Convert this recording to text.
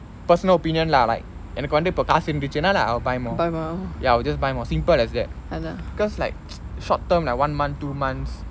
personal opinion lah like எனக்கு வந்து இப்போ காசு இருந்துச்சுனா:ennaku vanthu ippo kaasu irunthichunaa like I will buy more ya I will just buy more simple as that cause like short term like one month two month